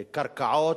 הקרקעות,